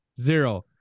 Zero